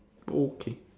okay